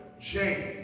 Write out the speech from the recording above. James